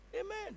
Amen